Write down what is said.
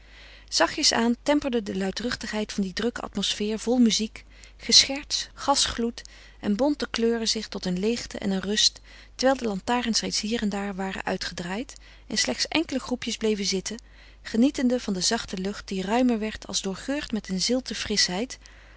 zachtjes aan temperde de luidruchtigheid van die drukke atmosfeer vol muziek gescherts gasgloed en bonte kleuren zich tot een leegte en een rust terwijl de lantaarns reeds hier en daar waren uitgedraaid en slechts enkele groepjes bleven zitten genietende van de zachte lucht die ruimer werd als doorgeurd met een zilte frischheid